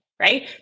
right